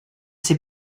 ser